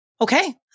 Okay